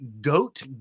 GOAT